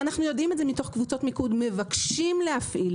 ואנחנו יודעים את זה מתוך קבוצות מיקוד הם מבקשים להפעיל,